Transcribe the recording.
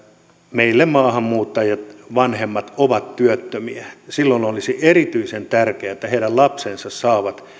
meillä maahanmuuttajavanhemmat ovat työttömiä silloin olisi erityisen tärkeää että heidän lapsensa saavat